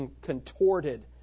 contorted